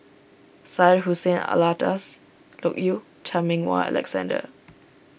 Syed Hussein Alatas Loke Yew Chan Meng Wah Alexander